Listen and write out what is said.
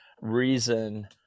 reason